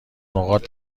نقاط